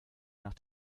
nach